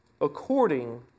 according